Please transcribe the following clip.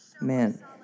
Man